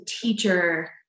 teacher